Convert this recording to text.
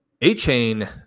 A-chain